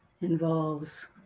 involves